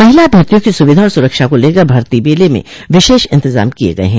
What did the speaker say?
महिला अभ्यर्थियों की सुविधा और सुरक्षा को लेकर भर्ती मेले में विशेष इन्तजाम किये गये हैं